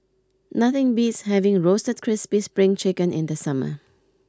nothing beats having Roasted Crispy Spring Chicken in the summer